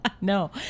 No